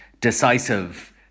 decisive